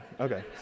Okay